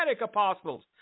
apostles